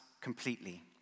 completely